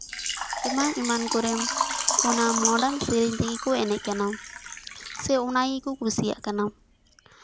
ᱮᱢᱟᱱ ᱮᱢᱟᱱ ᱠᱚᱨᱮᱫ ᱚᱱᱟ ᱢᱚᱰᱟᱨᱱ ᱥᱮᱨᱮᱧ ᱛᱮᱜᱮ ᱠᱚ ᱮᱱᱮᱡ ᱠᱟᱱᱟ ᱥᱮ ᱚᱱᱟ ᱜᱮᱠᱚ ᱠᱩᱥᱤᱭᱟᱜ ᱠᱟᱱᱟ